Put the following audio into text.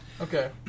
Okay